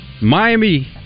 Miami